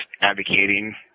advocating